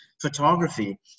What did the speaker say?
photography